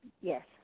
Yes